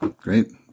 Great